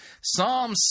Psalm